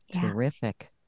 Terrific